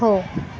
हो